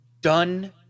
done